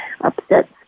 upset